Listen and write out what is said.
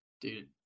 Dude